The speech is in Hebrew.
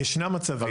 ישנם מצבים,